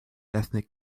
ethnic